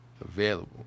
available